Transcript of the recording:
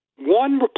one